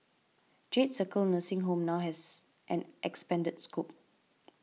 Jade Circle nursing home now has an expanded scope